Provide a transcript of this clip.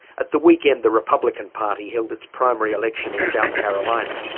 at the weekend the republican party held its primary election in south carolina.